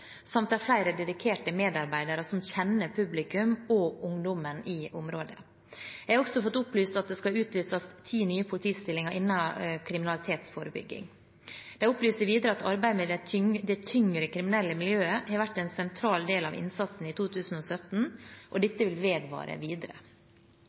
samt flere dedikerte medarbeidere som kjenner publikum og ungdommen i området. Jeg har også fått opplyst at det skal utlyses ti nye politistillinger innenfor kriminalitetsforebygging. De opplyser videre at arbeidet med det tyngre kriminelle miljøet har vært en sentral del av innsatsen i 2017, og